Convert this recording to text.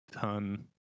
ton